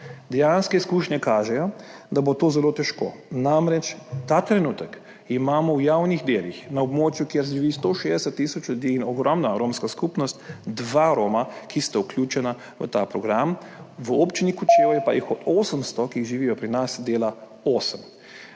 dejanske izkušnje kažejo, da bo to zelo težko, namreč ta trenutek imamo v javnih delih na območju, kjer živi 160 tisoč ljudi in ogromna romska skupnost, dvaRoma, ki sta vključena v ta program, v Občini Kočevje pa jih od 800, ki živijo pri nas, dela osem.